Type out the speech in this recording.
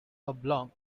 oblong